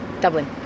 Dublin